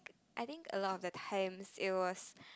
I think a lot of the times it was